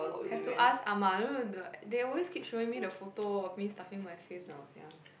have to ask Ah-Ma you know the they always keep showing me the photo of me sulking my face when I was young